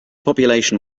population